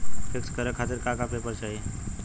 पिक्कस करे खातिर का का पेपर चाही?